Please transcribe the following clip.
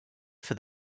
for